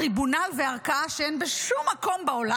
טריבונל וערכאה שאין בשום מקום בעולם.